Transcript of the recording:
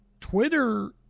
Twitter